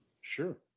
Sure